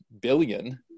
billion